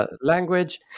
language